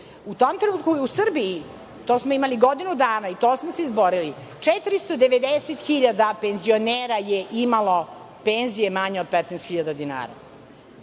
U tom trenutku je u Srbiji, to smo imali godinu dana i to smo se izborili, 490 hiljada penzionera je imalo penzije manje od 15 hiljada